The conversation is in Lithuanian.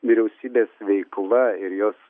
vyriausybės veikla ir jos